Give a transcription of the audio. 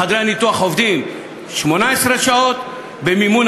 שחדרי הניתוח עובדים 18 שעות ביממה,